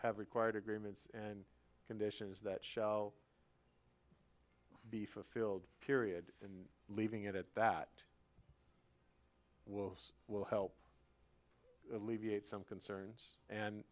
have required agreements and conditions that shall be fulfilled period and leaving it at that will will help alleviate some concerns and